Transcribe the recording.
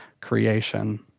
creation